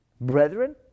Brethren